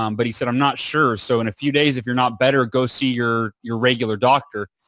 um but he said, i'm not sure. so, in a few days if you're not better, go see your your regular doctor.